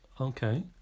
Okay